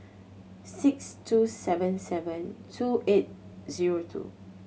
six two seven seven two eight zero two